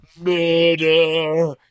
Murder